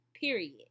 period